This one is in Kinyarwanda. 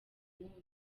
munsi